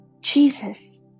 Jesus